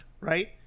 Right